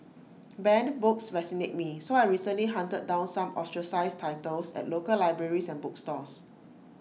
banned books fascinate me so I recently hunted down some ostracised titles at local libraries and bookstores